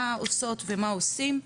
מה עושות ומה עושים?